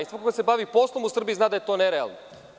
Svako ko se bavi poslom u Srbiji zna da je to nerealno.